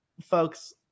folks